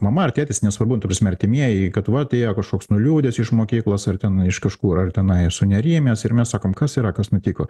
mama ar tėtis nesvarbu ta prasme artimieji kad va atėjo kažkoks nuliūdęs iš mokyklos ar ten iš kažkur ar tenai sunerimęs ir mes sakom kas yra kas nutiko